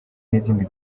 n’izindi